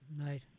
right